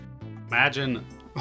Imagine